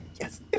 Yes